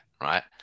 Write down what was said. right